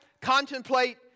Contemplate